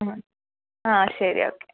ആ ആ ശരി ഓക്കെ